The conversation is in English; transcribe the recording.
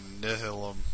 Nihilum